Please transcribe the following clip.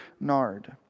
nard